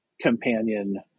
companion